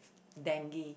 Dengue